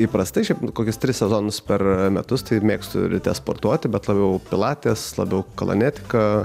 įprastai šiaip kokius tris sezonus per metus tai mėgstu ryte sportuoti bet labiau pilaites labiau kalanetika